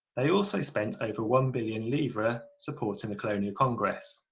they also spent over one billion livres supporting the colonial congress.